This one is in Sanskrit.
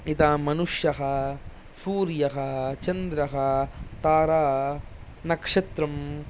यथा मनुष्यः सूर्यः चन्द्रः तारा नक्षत्रम्